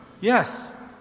Yes